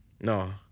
No